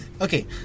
okay